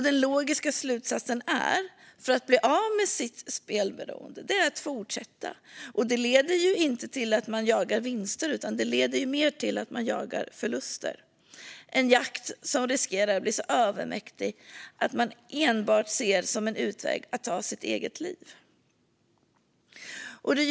Den logiska slutsatsen för att bli av med sitt spelberoende är att fortsätta, men detta leder inte till att man jagar vinster utan snarare förluster. Det är en jakt som riskerar att bli så övermäktig att den enda utväg man ser är att ta sitt eget liv.